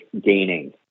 gaining